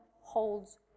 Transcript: holds